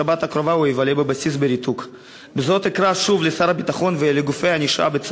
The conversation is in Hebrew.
קיבל אפס ימי מחבוש,